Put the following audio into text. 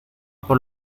por